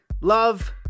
love